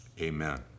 amen